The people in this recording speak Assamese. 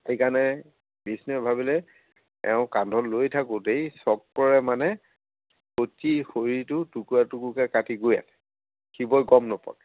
সেইকাৰণে বিষ্ণুয়ে ভাবিলে এওঁ কান্ধত লৈ থাকোঁতেই চক্ৰৰে মানে সতীৰ শৰীৰটো টুকুৰা টুকুৰকৈ কাটি গৈ আছে শিৱই গম নোপোৱাকৈ